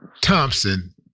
Thompson